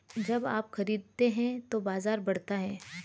जब आप खरीदते हैं तो बाजार बढ़ता है